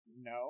no